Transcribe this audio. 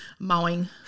Mowing